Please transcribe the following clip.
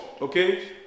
Okay